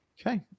Okay